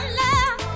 love